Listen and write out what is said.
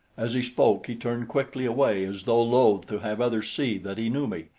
as he spoke, he turned quickly away as though loath to have others see that he knew me,